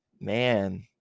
Man